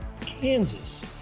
Kansas